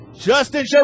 Justin